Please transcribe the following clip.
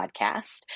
podcast